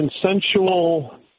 consensual